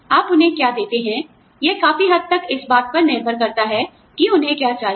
आप उन्हें क्या देते हैं यह काफी हद तक इस बात पर निर्भर करता है कि उन्हें क्या चाहिए